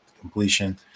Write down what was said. completion